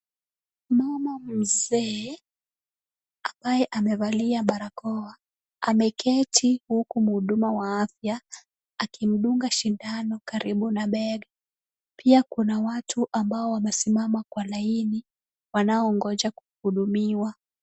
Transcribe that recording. Mama mzee ambaye amevalia barakoa ameketi huku mhudumu wa afya akimdunga sindano karibu na bega. Pia kuna watu amabao wanasimama kwa laini wanaongoja kuhudumiwa.